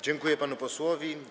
Dziękuję panu posłowi.